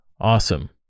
awesome